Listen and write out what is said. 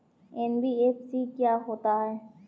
NBFC क्या होता है?